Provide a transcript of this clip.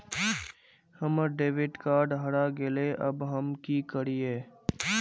हमर debit card हरा गेले अब हम की करिये?